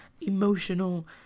emotional